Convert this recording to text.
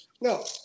No